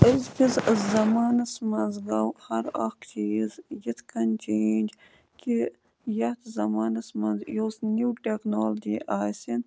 أزکِس زَمانَس منٛز گوٚو ہَر اَکھ چیٖز یِتھ کٔنۍ چینٛج کہِ یَتھ زَمانَس منٛز یۄس نِو ٹٮ۪کنالجی آسہِن